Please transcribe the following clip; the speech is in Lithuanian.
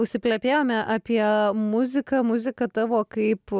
užsiplepėjome apie muziką muziką tavo kaip